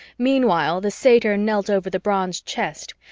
meanwhile, the satyr knelt over the bronze chest,